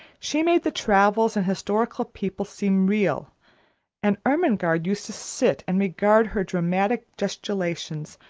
she made the travellers and historical people seem real and ermengarde used to sit and regard her dramatic gesticulations,